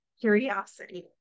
curiosity